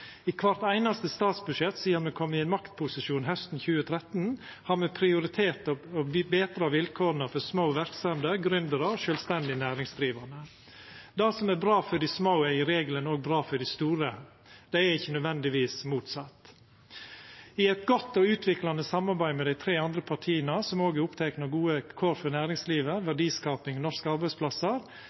I kvart einaste statsbudsjett sidan me kom i maktposisjon hausten 2013, har me prioritert å betra vilkåra for små verksemder, gründerar og sjølvstendig næringsdrivande. Det som er bra for dei små, er i regelen òg bra for dei store, det er ikkje nødvendigvis motsett. I eit godt og utviklande samarbeid med dei tre andre partia, som òg er opptekne av gode kår for næringslivet, verdiskaping og norske arbeidsplassar,